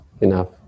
enough